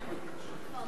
אדוני היושב-ראש,